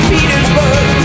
Petersburg